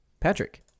Patrick